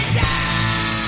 die